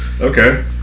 Okay